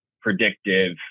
predictive